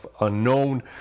unknown